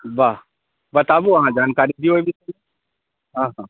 वाह बताबु अहाँ जानकारी दिअ हॅं हॅं